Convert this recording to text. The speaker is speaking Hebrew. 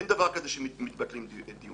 אין דבר כזה שמתבטלים דיונים.